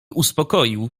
uspokoił